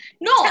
No